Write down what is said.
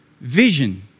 vision